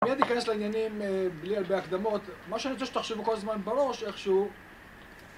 מייד ייכנס לעניינים בלי הרבה הקדמות מה שאני רוצה שתחשבו כל הזמן בראש איכשהו